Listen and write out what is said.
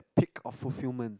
peak of fulfillment